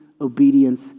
obedience